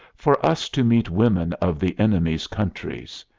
for us to meet women of the enemy's countries.